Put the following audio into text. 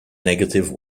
negative